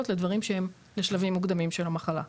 לדברים שהם לשלבים מוקדמים של המחלה,